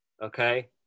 Okay